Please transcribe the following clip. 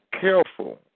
careful